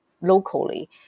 locally